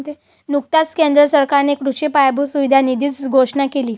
नुकताच केंद्र सरकारने कृषी पायाभूत सुविधा निधीची घोषणा केली